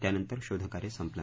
त्यानंतर शोधकार्य संपलं